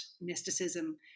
mysticism